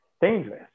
dangerous